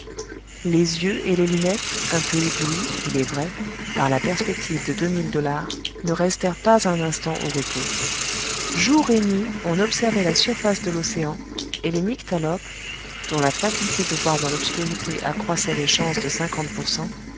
les yeux et les lunettes un peu éblouis il est vrai par la perspective de deux mille dollars ne restèrent pas un instant au repos jour et nuit on observait la surface de l'océan et les nyctalopes dont la faculté de voir dans l'obscurité accroissait les chances de cinquante pour cent